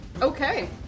Okay